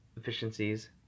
efficiencies